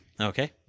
Okay